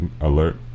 alert